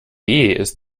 ist